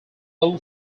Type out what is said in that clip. own